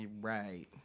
Right